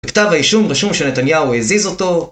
בכתב האישום רשום שנתניהו הזיז אותו